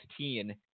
16